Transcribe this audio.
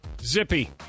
Zippy